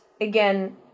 again